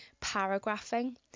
Paragraphing